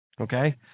Okay